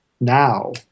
now